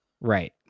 Right